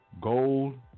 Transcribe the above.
Gold